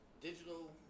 digital